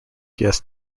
gps